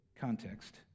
context